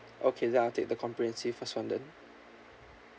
okay then I'll take the comprehensive first [one] then